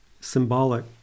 symbolic